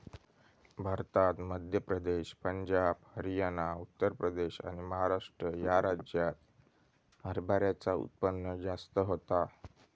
भारतात मध्य प्रदेश, पंजाब, हरयाना, उत्तर प्रदेश आणि महाराष्ट्र ह्या राज्यांत हरभऱ्याचा उत्पन्न जास्त होता